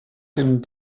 dem